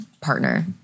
partner